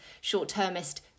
short-termist